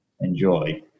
enjoy